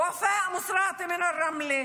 ואפאא מוסראתי מרמלה,